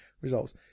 results